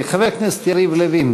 חבר הכנסת יריב לוין,